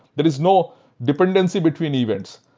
there is no dependency between events.